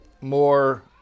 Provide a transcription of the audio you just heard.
more